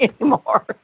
anymore